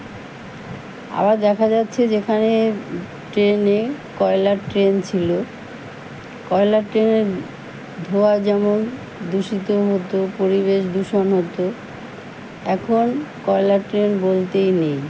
আবার দেখা যাচ্ছে যেখানে ট্রেনে কয়লার ট্রেন ছিল কয়লার ট্রেনের ধোঁয়া যেমন দূষিত হতো পরিবেশ দূষণ হতো এখন কয়লার ট্রেন বলতেই নেই